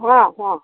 हाँ हाँ